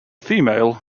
female